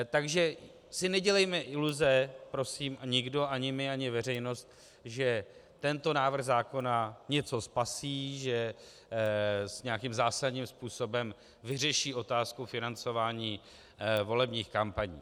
Takže si nedělejme iluze, nikdo, ani my, ani veřejnost, že tento návrh zákona něco spasí, že nějakým zásadním způsobem vyřeší otázku financování volebních kampaní.